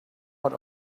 out